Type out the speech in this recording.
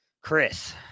Chris